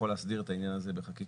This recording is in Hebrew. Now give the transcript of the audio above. הוא יכול להסדיר את העניין הזה בחקיקה.